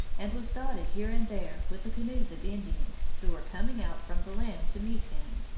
and was dotted here and there with the canoes of indians who were coming out from the land to meet him.